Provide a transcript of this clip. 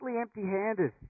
empty-handed